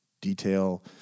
Detail